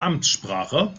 amtssprache